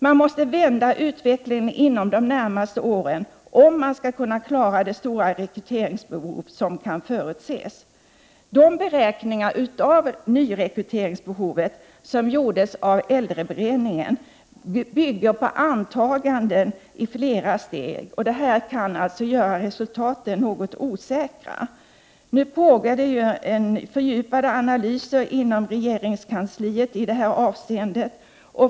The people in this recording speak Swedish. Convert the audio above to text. Man måste vända utvecklingen inom de närmaste åren, om man skall kunna klara det stora rekryteringsbehov som kan förutses. De beräkningar av nyrekryteringsbeho |Ivet som gjordes av äldreberedningen bygger på antaganden i flera steg, vilket kan göra resultaten något osäkra. Inom regeringskansliet görs nu fördjupade analyser av rekryteringsbehovet.